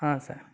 ಹಾಂ ಸರ್